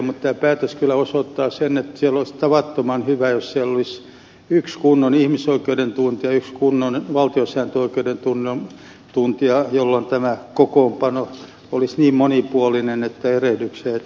tämä päätös kyllä osoittaa sen että olisi tavattoman hyvä jos siellä olisi yksi kunnon ihmisoikeuksien tuntija yksi kunnon valtiosääntöoikeuden tuntija jolloin tämä kokoonpano olisi niin monipuolinen että erehdyksiä ei tapahtuisi